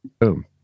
Boom